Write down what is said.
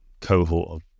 cohort